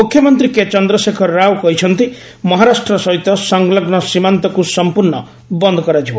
ମୁଖ୍ୟମନ୍ତ୍ରୀ କେ ଚନ୍ଦ୍ରଶେଖର ରାଓ କହିଛନ୍ତି ମହାରାଷ୍ଟ୍ର ସହିତ ସଂଲଗ୍ନସୀମାନ୍ତକୁ ସଂପୂର୍ଣ୍ଣ ବନ୍ଦ କରାଯିବ